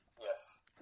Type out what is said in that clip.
Yes